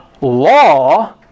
law